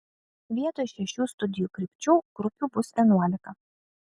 vietoj šešių studijų krypčių grupių bus vienuolika